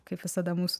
kaip visada mūsų